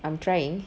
I'm trying